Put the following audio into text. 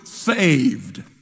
saved